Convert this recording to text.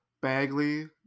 Bagley